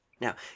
Now